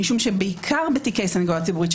כי בעיקר בתיקי סנגוריה ציבורית,